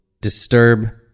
disturb